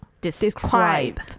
Describe